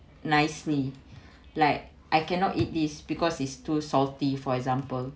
nicely like I cannot eat this because it's too salty for example